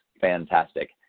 fantastic